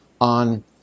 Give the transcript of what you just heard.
on